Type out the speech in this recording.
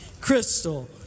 Crystal